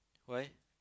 why